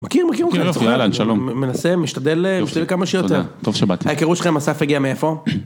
מכיר מכיר מכיר, יאללה שלום, מנסה משתדל כמה שיותר, טוב שבאתי, ההיכרות שלכם עם אסף הגיעה מאיפה?